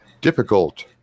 difficult